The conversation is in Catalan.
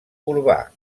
urbà